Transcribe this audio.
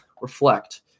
reflect